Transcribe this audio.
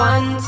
One